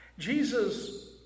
Jesus